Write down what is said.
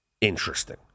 interesting